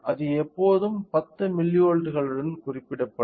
அது எப்போதும் 10 மில்லிவோல்ட்டுகளுடன் குறிப்பிடப்படும்